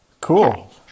Cool